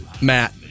Matt